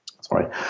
Sorry